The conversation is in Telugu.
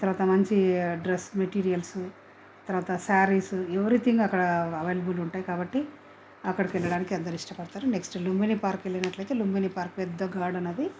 ఆ తర్వాత మంచి డ్రెస్ మెటీరియల్స్ తర్వాత శారీస్ ఎవ్రీథింగ్ అక్కడ అవైలబుల్ ఉంటాయి కాబట్టి అక్కడికి వెళ్ళడానికి అందరూ ఇష్టపడతారు నెక్స్ట్ లుంబినీ పార్క్కి వెళ్ళినట్లయితే లుంబినీ పార్క్ పెద్ద గార్డెన్ అది